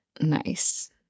Nice